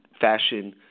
fashion